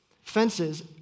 fences